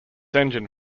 engine